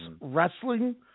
wrestling